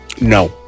No